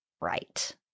right